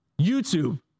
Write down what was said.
YouTube